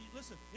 listen